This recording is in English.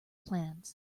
plans